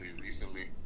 recently